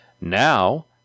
now